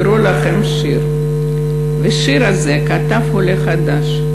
את השיר הזה כתב עולה חדש,